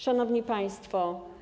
Szanowni Państwo!